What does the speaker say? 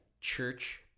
church